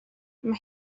mae